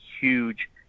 huge